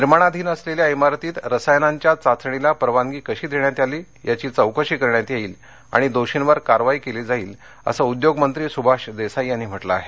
निर्माणाधीन असलेल्या इमारतीत रसायनांच्या चाचणीस परवानगी कशी देण्यात आली याची चौकशी केली जाईल आणि दोषीवर कारवाई केली जाईल असं उद्योगमंत्री सुभाष देसाई यांनी म्हटलं आहे